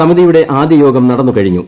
സമിതിയുടെ ആദ്യയോഗം നടന്നു കഴിഞ്ഞു